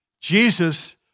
Jesus